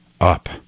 up